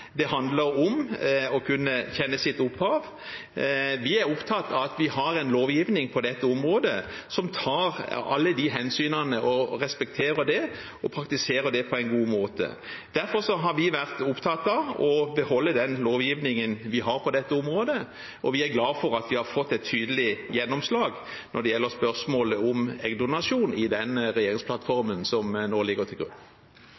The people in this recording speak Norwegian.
Det handler om å kunne kjenne sitt opphav. Vi er opptatt av at vi har en lovgivning på dette området som tar alle de hensynene, respekterer det og praktiserer det på en god måte. Derfor har vi vært opptatt av å beholde den lovgivningen vi har på dette området, og vi er glade for at vi har fått et tydelig gjennomslag når det gjelder spørsmålet om eggdonasjon, i den regjeringsplattformen som nå ligger til grunn.